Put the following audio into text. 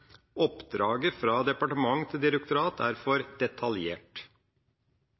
oppdraget fra departement til direktorat er for detaljert.